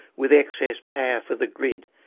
with excess power for the grid.